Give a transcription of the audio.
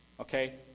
Okay